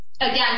again